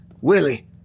Willie